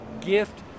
gift